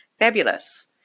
Fabulous